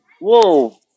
Whoa